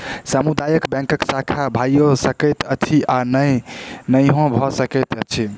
सामुदायिक बैंकक शाखा भइयो सकैत अछि आ नहियो भ सकैत अछि